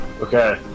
okay